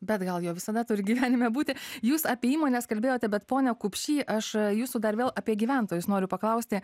bet gal jo visada turi gyvenime būti jūs apie įmones kalbėjote bet pone kupšį aš jūsų dar vėl apie gyventojus noriu paklausti